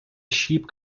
sheep